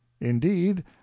indeed